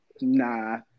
nah